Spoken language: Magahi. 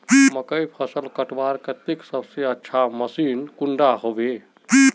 मकईर फसल कटवार केते सबसे अच्छा मशीन कुंडा होबे?